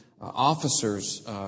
officers